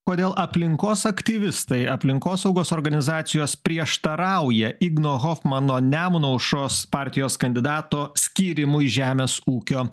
kodėl aplinkos aktyvistai aplinkosaugos organizacijos prieštarauja igno hofmano nemuno aušros partijos kandidato skyrimui žemės ūkio